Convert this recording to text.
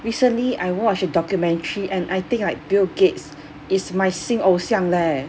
recently I watch a documentary and I think like bill gates is my 新偶像 eh